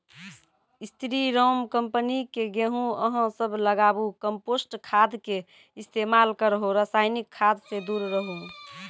स्री Ram company के गेहूँ अहाँ सब लगाबु कम्पोस्ट खाद के इस्तेमाल करहो रासायनिक खाद से दूर रहूँ?